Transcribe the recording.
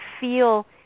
feel